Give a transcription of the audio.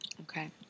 Okay